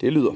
vedtagelse